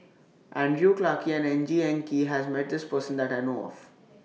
Andrew Clarke and Ng Eng Kee has Met This Person that I know of